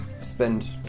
spend